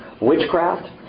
witchcraft